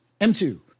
M2